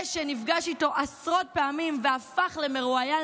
זה שנפגש איתו עשרות פעמים והפך למרואיין